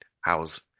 how's